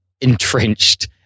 entrenched